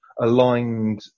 aligned